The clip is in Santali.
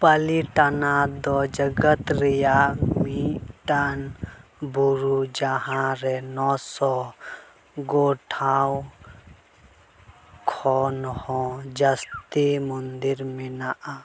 ᱯᱟᱹᱞᱤᱴᱟᱱᱟ ᱫᱚ ᱡᱮᱜᱮᱛ ᱨᱮᱭᱟᱜ ᱢᱤᱫᱴᱟᱝ ᱵᱩᱨᱩ ᱡᱟᱦᱟᱸ ᱨᱮ ᱱᱚ ᱥᱚ ᱜᱚᱴᱷᱟᱶ ᱠᱷᱚᱱ ᱦᱚᱸ ᱡᱟᱹᱥᱛᱤ ᱢᱚᱱᱫᱤᱨ ᱢᱮᱱᱟᱜᱼᱟ